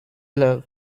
love